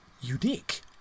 unique